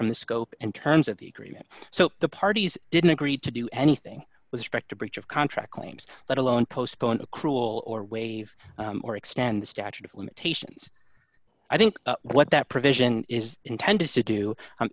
from the scope and terms of the agreement so the parties didn't agree to do anything with respect to breach of contract claims let alone postpone cruel or wave or extend the statute of limitations i think what that provision is intended to do